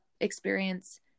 experience